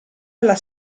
alla